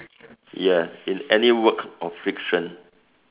ya in any work of fiction